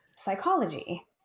psychology